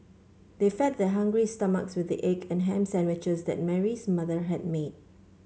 they fed their hungry stomachs with the egg and ham sandwiches that Mary's mother had made